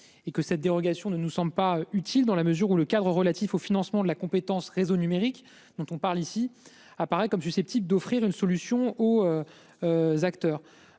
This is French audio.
et que cette dérogation ne nous sommes pas utile dans la mesure où le cadre relatif au financement de la compétence réseau numérique dont on parle ici apparaît comme susceptible d'offrir une solution ou. Acteur.